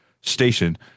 station